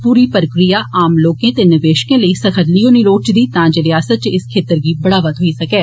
पूरी प्रक्रिया आम लोकें ते निवेशकें लेई सखल्ली होनी लोड़चदी तां जे रियासत च इस खेत्तर गी बढ़ावा थ्होई सकै